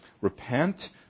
Repent